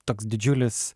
toks didžiulis